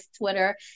Twitter